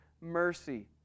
mercy